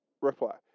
reply